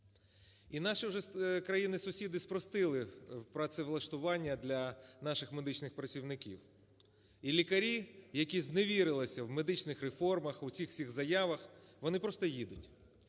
І наші вже країни-сусіди спростили працевлаштування для наших медичних працівників. І лікарі, які зневірилися в медичних реформах, в оцих всіх заявах, вони просто їдуть.